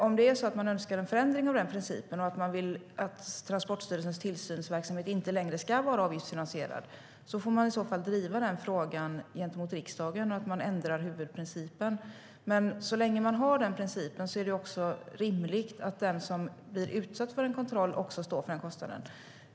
Om man önskar en förändring av den principen och vill att Transportstyrelsens tillsynsverksamhet inte längre ska vara avgiftsfinansierad får man driva den frågan i riksdagen för att ändra huvudprincipen. Men så länge denna princip finns är det rimligt att den som blir utsatt för en kontroll också står för kostnaden.